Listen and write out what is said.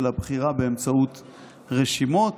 אלא בחירה באמצעות רשימות,